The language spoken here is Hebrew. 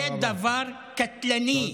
זה דבר קטלני,